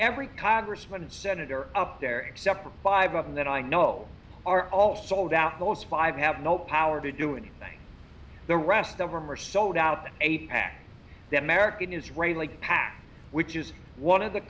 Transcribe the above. every congressman and senator up there except for five of them that i know are all sold out those five have no power to do anything the rest of them are sold out in a pack the american israeli pac which is one of the